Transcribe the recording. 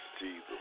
Jesus